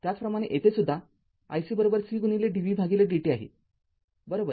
त्याचप्रमाणे येथे सुद्धा iC C dv dt आहे बरोबर